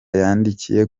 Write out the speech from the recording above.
yadindiye